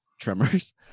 Tremors